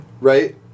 Right